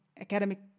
academic